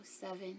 Seven